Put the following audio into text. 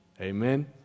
Amen